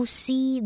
see